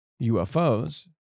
UFOs